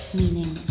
meaning